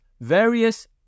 various